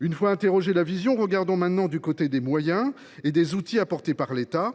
Une fois interrogée la vision, regardons maintenant du côté des moyens et des outils apportés par l’État.